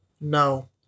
No